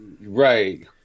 right